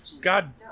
god